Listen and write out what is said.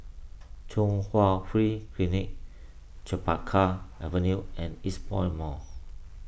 Chung Hwa Free Clinic Chempaka Avenue and Eastpoint Mall